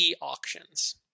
Auctions